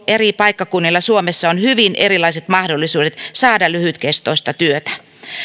eri paikkakunnilla suomessa on hyvin erilaiset mahdollisuudet saada lyhytkestoista työtä